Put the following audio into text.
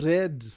Red